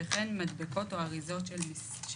התשנ"ה-1995 וכן מדבקות או אריזות של מצרך,